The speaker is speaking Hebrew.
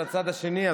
השני,